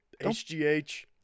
HGH